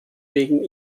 wegen